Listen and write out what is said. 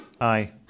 Aye